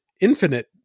infinite